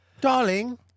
Darling